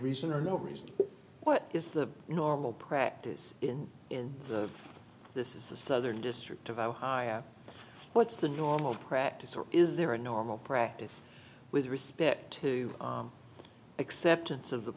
reason or no reason what is the normal practice in in this is the southern district of ohio what's the normal practice or is there a normal practice with respect to acceptance of the